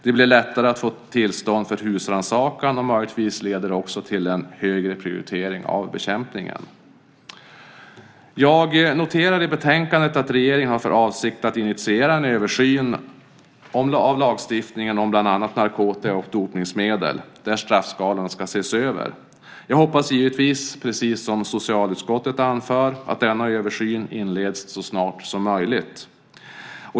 Det blir lättare att få tillstånd för husrannsakan, och möjligtvis leder det även till en högre prioritering av bekämpningen. Jag noterar i betänkandet att regeringen har för avsikt att initiera en översyn av lagstiftningen om bland annat narkotika och dopningsmedel där straffskalorna ska ses över. Jag hoppas givetvis, precis som socialutskottet anför, att denna översyn inleds så snart som möjligt.